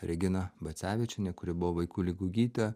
regina bacevičienė kuri buvo vaikų ligų gydytoja